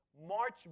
march